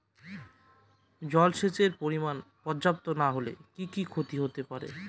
জলসেচের পরিমাণ পর্যাপ্ত না হলে কি কি ক্ষতি হতে পারে?